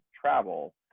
travel